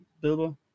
Bilbo